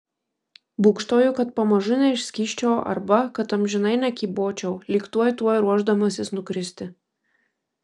būgštauju kad pamažu neišskysčiau arba kad amžinai nekybočiau lyg tuoj tuoj ruošdamasis nukristi